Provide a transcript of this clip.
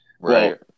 Right